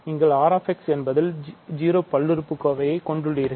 நீங்கள் Rx என்பதில் 0 பல்லுறுப்புக்கோவைகளைக் கொண்டுள்ளீர்கள்